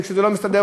וכשזה לא מסתדר,